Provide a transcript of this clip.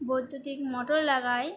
বৈদ্যুতিক মোটর লাগাই